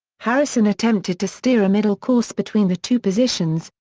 harrison attempted to steer a middle course between the two positions,